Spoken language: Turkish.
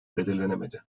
belirlenemedi